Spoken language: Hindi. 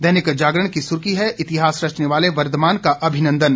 दैनिक जागरण की सुर्खी है इतिहास रचने वाले वर्धमान का अभिनंदन